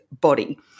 body